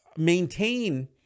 maintain